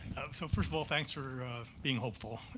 so first of all, thanks for being hopeful.